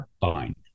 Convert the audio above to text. Fine